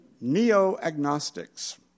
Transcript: Neo-agnostics